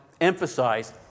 emphasize